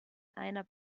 einer